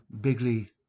bigly